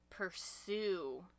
pursue